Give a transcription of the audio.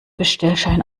bestellschein